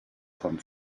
von